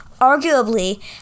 Arguably